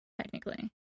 technically